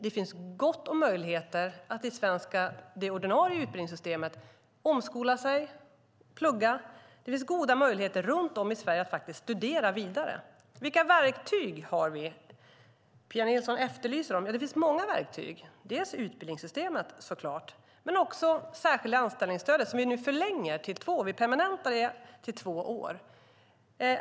Det finns gott om möjligheter att i det ordinarie utbildningssystemet omskola sig och plugga. Det finns goda möjligheter runt om i Sverige att studera vidare. Vilka verktyg har vi? Pia Nilsson efterlyser dem. Ja, det finns många verktyg. Vi har utbildningssystemet, såklart, men också det särskilda anställningsstödet, som vi nu förlänger till två år.